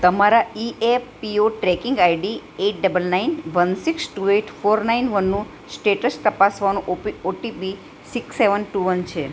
તમારા EFPO tracking ID eight double nine one six two eight four nine વનનો status તપાસવાનો OP OTP six seven two one છે